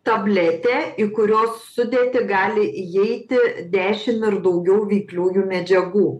tabletę į kurios sudėtį gali įeiti dešim ir daugiau veikliųjų medžiagų